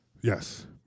Yes